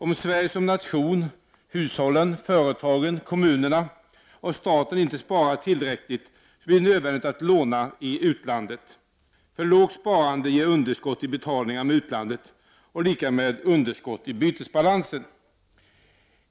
Om Sverige, som nation — hushållen, företagen, kommunerna och staten — inte sparar tillräckligt blir det nödvändigt att låna i utlandet. För lågt sparande ger underskott i betalningarna med utlandet, och det är lika med underskott i bytesbalansen.